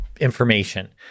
information